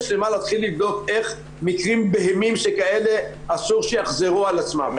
שלמה להתחיל לבדוק איך מקרים בהמיים שכאלה אסור שיחזרו על עצמם.